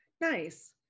Nice